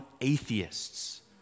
atheists